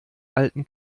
alten